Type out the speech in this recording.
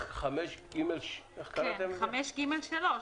סעיף (5)(ג3),